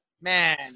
man